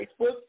Facebook